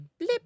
bleep